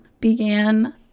began